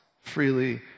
freely